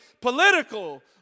political